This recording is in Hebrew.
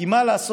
כי מה לעשות,